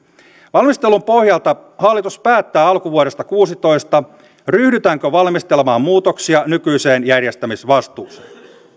valmistelun pohjalta hallitus päättää alkuvuodesta kaksituhattakuusitoista ryhdytäänkö valmistelemaan muutoksia nykyiseen järjestämisvastuuseen